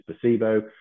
placebo